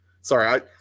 sorry